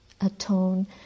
atone